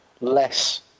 less